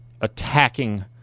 attacking